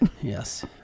Yes